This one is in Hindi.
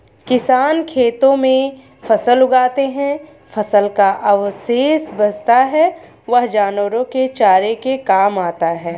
किसान खेतों में फसल उगाते है, फसल का अवशेष बचता है वह जानवरों के चारे के काम आता है